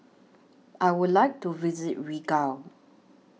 I Would like to visit Riga